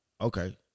Okay